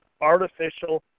artificial